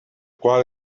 quale